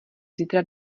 zítra